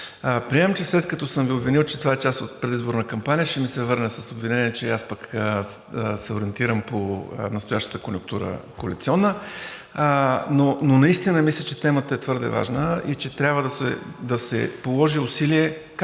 Приемам, че след като съм Ви обвинил, че това е част от предизборна кампания, ще ми се върне с обвинение, че аз пък се ориентирам по настоящата коалиционна конюнктура, но наистина мисля, че темата е твърде важна и че трябва да се положи усилие,